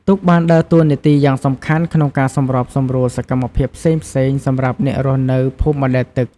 ទូកបានដើរតួនាទីយ៉ាងសំខាន់ក្នុងការសម្រួលដល់សកម្មភាពផ្សេងៗសម្រាប់អ្នករស់នៅភូមិបណ្ដែតទឹក។